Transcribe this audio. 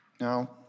Now